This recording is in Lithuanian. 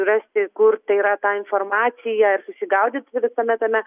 rasti kur tai yra ta informacija ir susigaudyt visame tame